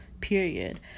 period